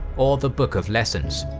or the book of lessons.